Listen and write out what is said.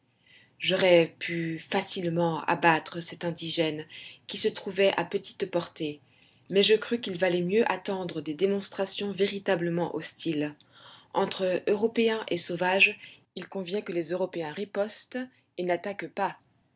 j'aurais pu facilement abattre cet indigène qui se trouvait à petite portée mais je crus qu'il valait mieux attendre des démonstrations véritablement hostiles entre européens et sauvages il convient que les européens ripostent et n'attaquent pas